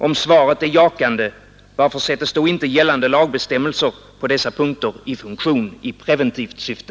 Om svaret är jakande — varför sätts då inte gällande lagbestämmelser på dessa punkter i funktion i preventivt syfte?